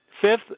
Fifth